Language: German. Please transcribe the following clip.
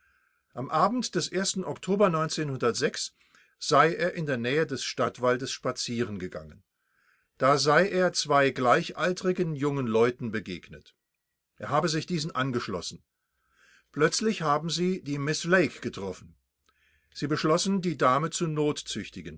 am abend des oktober sei er in der nähe des stadtwaldes spazieren gegangen da sei er zwei gleichaltrigen jungen leuten begegnet er habe sich diesen angeschlossen plötzlich haben sie die miß lake getroffen sie beschlossen die dame zu